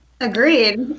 Agreed